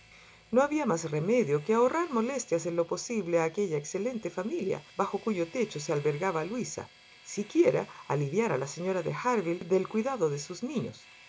no había más remedio que ahorrar molestias en lo posible a aquella excelente familia bajo cuyo techo se albergaba luisa siquiera aliviar a la señora de harville del cuidado de sus niños